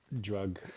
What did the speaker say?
drug